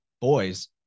boys